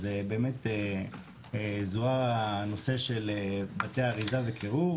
באמת זוהה הנושא של בתי אריזה וקירור